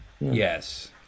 Yes